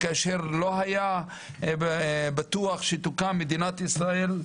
כאשר לא היה בטוח שתוקם מדינת ישראל,